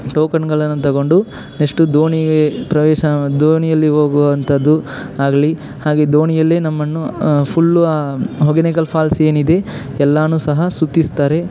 ಟೋಕನ್ಗಳನ್ನೂ ತಗೊಂಡು ನೆಶ್ಟು ದೋಣಿಗೆ ಪ್ರವೇಶ ದೋಣಿಯಲ್ಲಿ ಹೋಗುವಂಥದ್ದು ಆಗಲಿ ಹಾಗೆ ದೋಣಿಯಲ್ಲೇ ನಮ್ಮನ್ನು ಫುಲ್ಲು ಆ ಹೊಗೇನಕಲ್ ಫಾಲ್ಸ್ ಏನಿದೆ ಎಲ್ಲನೂ ಸಹ ಸುತ್ತಿಸ್ತಾರೆ